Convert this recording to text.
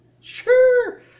Sure